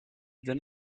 then